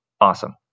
awesome